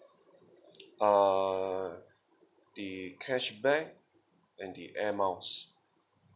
uh the cashback and the air miles